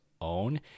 own